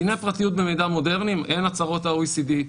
דיני פרטיות במידע מודרני הן הצהרות ה-OECD,